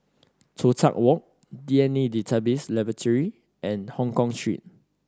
Toh Tuck Walk D N A Database Laboratory and Hongkong Street